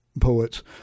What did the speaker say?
poets